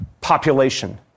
population